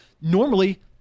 normally